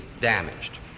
damaged